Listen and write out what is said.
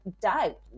doubt